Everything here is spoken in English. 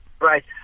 right